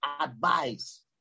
advice